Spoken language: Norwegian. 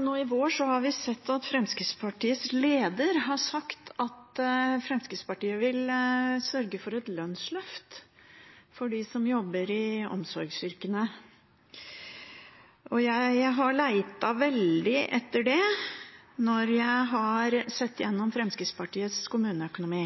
Nå i vår har vi sett at Fremskrittspartiets leder har sagt at Fremskrittspartiet vil sørge for et lønnsløft for dem som jobber i omsorgsyrkene. Jeg har leita veldig etter det når jeg har sett gjennom Fremskrittspartiets kommuneøkonomi.